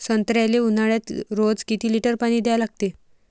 संत्र्याले ऊन्हाळ्यात रोज किती लीटर पानी द्या लागते?